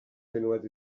minuet